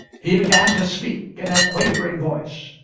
he began to speak in a quavering voice